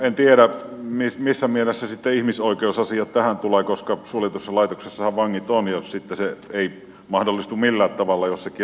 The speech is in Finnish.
en tiedä missä mielessä sitten ihmisoikeusasiat tähän tulevat koska suljetussa laitoksessahan vangit ovat ja sitten se ei mahdollistu millään tavalla jos se kielto tulee